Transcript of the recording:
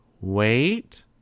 Wait